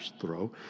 throw